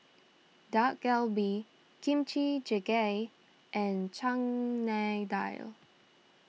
Dak Galbi Kimchi Jjigae and Chana Dal